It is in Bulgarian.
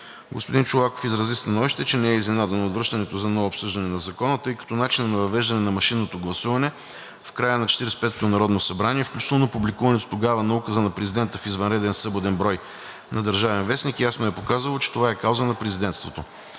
Господин Чолаков изрази становище, че не е изненадан от връщането за ново обсъждане на закона, тъй като начинът на въвеждането на машинното гласуване в края на Четиридесет и петото Народно събрание, включително публикуването тогава на Указа на президента в извънреден съботен брой на „Държавен вестник“, ясно е показал, че това е кауза на Президентството.